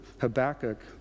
Habakkuk